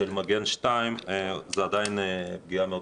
-- של האפליקציה הזאת של מגן 2 זה עדיין פגיעה מאוד